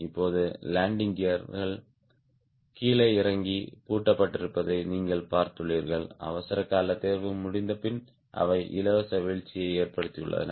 இப்போது லேண்டிங் கியர்கள் கீழே இறங்கி பூட்டப்பட்டிருப்பதை நீங்கள் பார்த்துள்ளீர்கள் அவசரகால தேர்வு முடிந்தபின் அவை இலவச வீழ்ச்சியை ஏற்படுத்தியுள்ளன